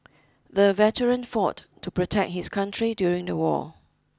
the veteran fought to protect his country during the war